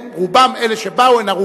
אלה שבאו הנה,